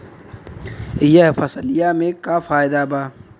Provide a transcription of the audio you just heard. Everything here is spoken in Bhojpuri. यह फसलिया में का फायदा बा?